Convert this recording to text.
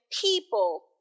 people